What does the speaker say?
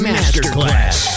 Masterclass